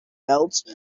belt